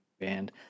band